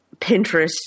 Pinterest